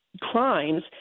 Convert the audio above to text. Crimes